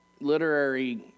literary